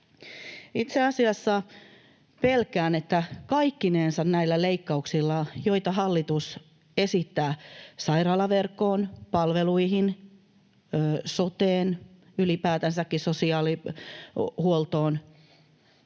Itse asiassa pelkään, että kaikkinensa näillä leikkauksilla, joita hallitus esittää sairaalaverkkoon, palveluihin, soteen, ylipäätänsäkin sosiaalihuoltoon,